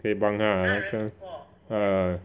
可以帮他 ah ha ah